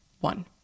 One